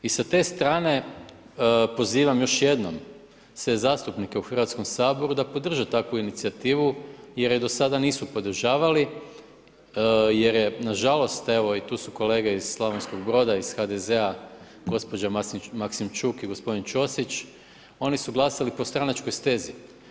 I sa te strane, pozivam još jednom sve zastupnike u Hrvatskom saboru da podrže takvu inicijativu i jer je do sada nisu podržavali jer je nažalost, evo i tu su kolege iz Slavonskog Broda iz HDZ-a gospođa Maksimčuk i gospodin Ćosić, oni su glasali po stranačkoj stezi.